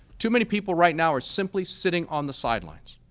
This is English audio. too many people right now are simply sitting on the sidelines.